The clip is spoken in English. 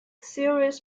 serious